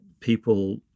people